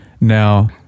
now